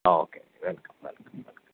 okay welcome welcome welcome